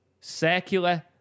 circular